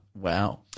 Wow